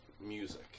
music